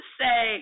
say